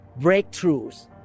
breakthroughs